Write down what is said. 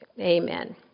Amen